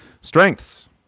Strengths